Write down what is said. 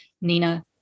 Nina